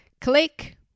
Click